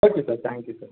okay sir thank you sir